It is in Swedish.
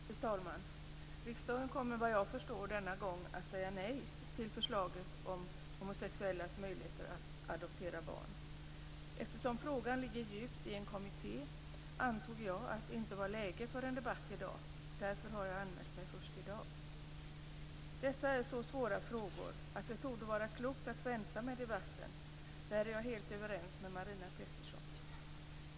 Fru talman! Riksdagen kommer såvitt jag förstår denna gång att säga nej till förslaget om homosexuellas möjligheter att adoptera barn. Eftersom frågan ligger djupt i en kommitté antog jag att det inte var läge för en debatt i dag. Jag har därför anmält mig till debatten först i dag. Dessa frågor är så svåra att det torde vara klokt att vänta med debatten. Där är jag helt överens med Marina Pettersson.